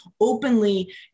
openly